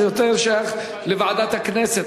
זה יותר שייך לוועדת הכנסת,